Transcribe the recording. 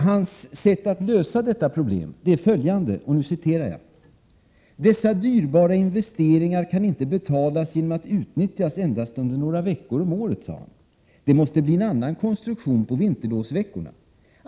Hans sätt att lösa detta problem är enligt Dagens Nyheter följande: ”Dessa dyrbara investeringar kan inte betalas genom att utnyttjas endast under några veckor om året, sade han. Det måste bli en annan konstruktion på vinterlovsveckorna.